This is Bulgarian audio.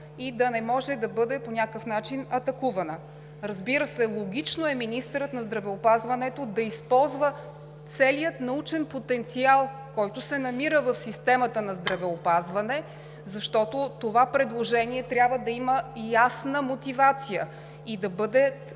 и да не може да бъде по някакъв начин атакувана. Разбира се, логично е министърът на здравеопазването да използва целия научен потенциал, който се намира в системата на здравеопазването, защото това предложение трябва да има ясна мотивация и да бъде